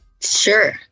Sure